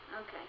Okay